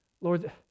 Lord